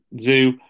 zoo